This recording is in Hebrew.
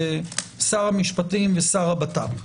זה שר המשפטים ושר הבט"פ.